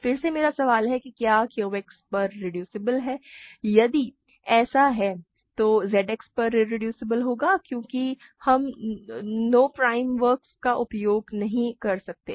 फिर से मेरा सवाल है क्या यह QX पर इरेड्यूसेबल है यदि ऐसा है तो यह ZX पर इरेड्यूसिबल होगा लेकिन हम नो प्राइम वर्क्स का उपयोग नहीं कर सकते हैं